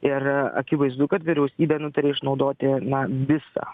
ir akivaizdu kad vyriausybė nutarė išnaudoti na visą